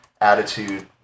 attitude